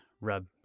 rub